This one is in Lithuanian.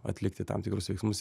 atlikti tam tikrus veiksmus